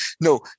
no